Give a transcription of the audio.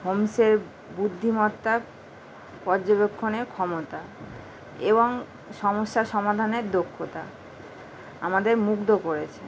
হোম্সের বুদ্ধিমত্তা পর্যবেক্ষণের ক্ষমতা এবং সমস্যা সমাধানের দক্ষতা আমাদের মুগ্ধ করেছে